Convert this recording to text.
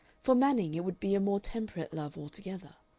for manning it would be a more temperate love altogether.